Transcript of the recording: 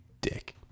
dick